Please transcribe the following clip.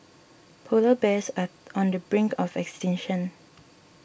Polar Bears are on the brink of extinction